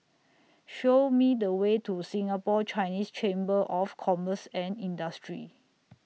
Sow Me The Way to Singapore Chinese Chamber of Commerce and Industry